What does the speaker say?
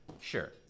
sure